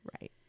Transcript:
Right